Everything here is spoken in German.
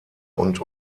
und